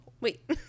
Wait